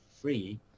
free